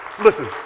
listen